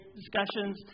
discussions